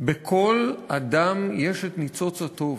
בכל אדם יש את ניצוץ הטוב,